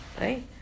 right